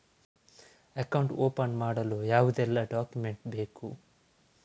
Account open ಮಾಡಲು ಯಾವೆಲ್ಲ document ಬೇಕು?